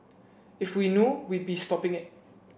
if we know we'd be stopping it